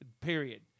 Period